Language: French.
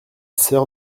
sœur